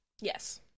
Yes